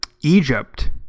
Egypt